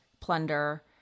plunder